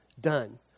done